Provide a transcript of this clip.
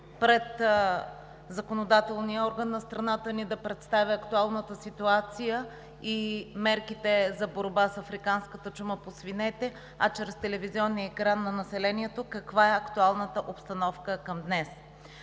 пред законодателния орган на страната ни актуалната ситуация и мерките за борба с африканската чума по свинете, а чрез телевизионния екран – на населението, каква е актуалната обстановка към днес.